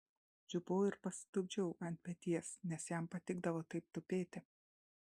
čiupau ir pasitupdžiau ant peties nes jam patikdavo taip tupėti